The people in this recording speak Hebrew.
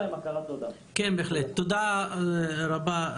תודה רבה,